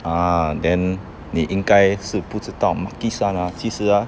ah then 你应该是不知道 makisan ah 其实 ah